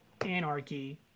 anarchy